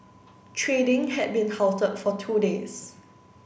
trading had been halted for two days